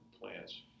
plants